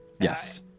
Yes